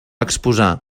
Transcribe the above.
exposar